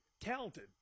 talented